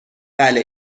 بله